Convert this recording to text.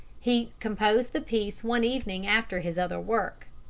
he composed the piece one evening after his other work.